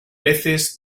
peces